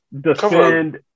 defend